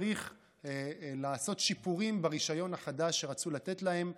צריך לעשות שיפורים ברישיון החדש שרצו לתת להם.